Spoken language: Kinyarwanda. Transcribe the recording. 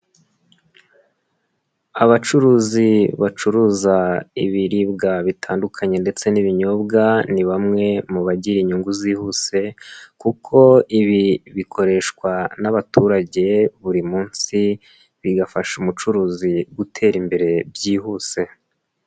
Abacuruzi bacuruza ibiribwa bitandukanye ndetse n'ibinyobwa, ni bamwe mu bagira inyungu zihuse kuko ibi bikoreshwa n'abaturage buri munsi, bigafasha umucuruzi gutera imbere byihuse.